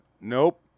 Nope